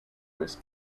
was